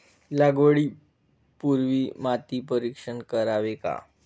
लागवडी पूर्वी माती परीक्षण करावे का?